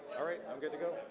alright, i'm good to go.